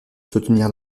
soutenir